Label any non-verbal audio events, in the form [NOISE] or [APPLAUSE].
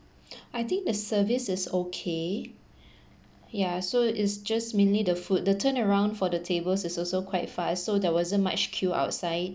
I think the service is okay [BREATH] ya so it's just mainly the food the turnaround for the tables is also quite fast so there wasn't much queue outside